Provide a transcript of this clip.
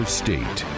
state